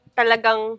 talagang